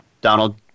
Donald